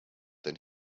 then